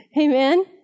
Amen